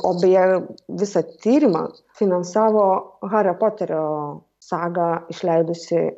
o beje visą tyrimą finansavo hario poterio sagą išleidusi